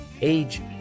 age